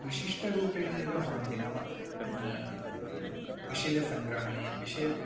विशिष्टरूपेण एव भवन्ति नाम विषयसङ्ग्रहणे विषय